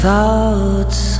Thoughts